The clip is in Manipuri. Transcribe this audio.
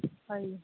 ꯐꯩꯌꯦ